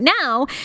now